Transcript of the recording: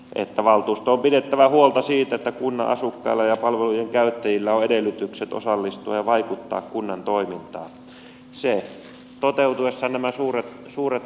että valtuuston on pidettävä huolta siitä että kunnan asukkailla ja palvelujen käyttäjillä on edellytykset osallistua ja vaikuttaa kunnan toimintaan